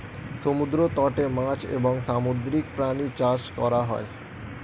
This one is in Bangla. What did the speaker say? সমুদ্র তটে মাছ এবং সামুদ্রিক প্রাণী চাষ করা হয়